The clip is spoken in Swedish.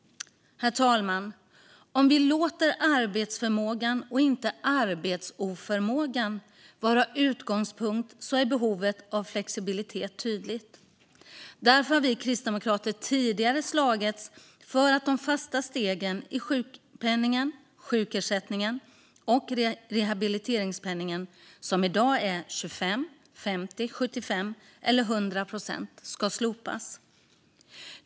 Herr talman! Om vi låter arbetsförmågan - inte arbetsoförmågan - vara utgångspunkt är behovet av flexibilitet tydligt. Därför har Kristdemokraterna tidigare slagits för att de fasta stegen i sjukpenningen, sjukersättningen och rehabiliteringspenningen - som i dag är 25, 50, 75 och 100 procent - ska slopas.